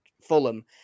Fulham